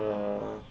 uh